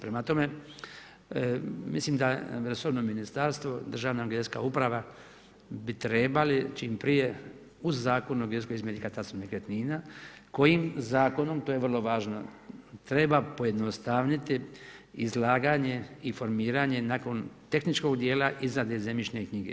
Prema tome mislim da resorno ministarstvo, država geodetska uprava, bi trebali čim prije uz Zakon o geodetskoj izmjeni katastru nekretnina, kojim zakonom, to je vrlo važno, treba pojednostaviti izlaganje i formiranje nakon tehničkog dijela izrade zemljišne knjige.